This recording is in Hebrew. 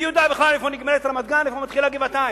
מי יודע בכלל איפה נגמרת רמת-גן ואיפה מתחילה גבעתיים?